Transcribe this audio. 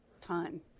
time